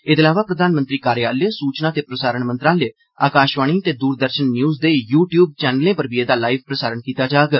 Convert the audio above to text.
एह्दे अलावा प्रधानमंत्री कार्यालय सूचना ते प्रसारण मंत्रालय आकाशवाणी ते दूरदर्शन न्यूज़ दे यू ट्यूब चैनलें पर बी एह्दा लाईव प्रसारण कीता जाग